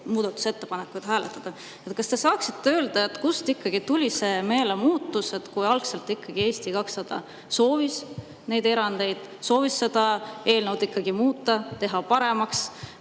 muudatusettepanekuid hääletada. Kas te saaksite öelda, kust ikkagi tuli see meelemuutus, kui algselt Eesti 200 soovis neid erandeid, soovis seda eelnõu muuta ja paremaks